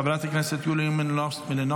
חברת הכנסת יוליה מלינובסקי,